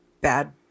bad